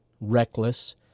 reckless